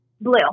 Blue